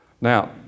Now